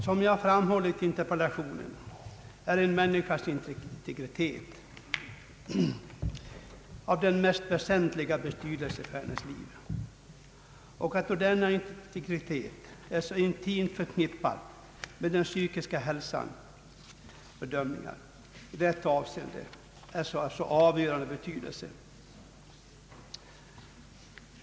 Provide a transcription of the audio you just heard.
Som jag har framhållit i denna, är en människas integritet av den mest väseniliga betydelse för hennes liv, och då denna integritet är så intimt förknippad med den psykiska hälsan blir bedömningar av denna av avgörande vikt.